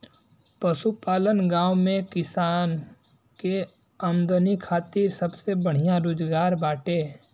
पशुपालन गांव में किसान के आमदनी खातिर सबसे बढ़िया रोजगार बाटे